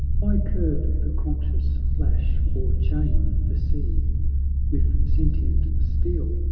why curb the conscious flash, or chain the sea with sentient steel?